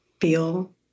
feel